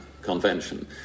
Convention